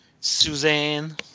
Suzanne